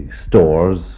stores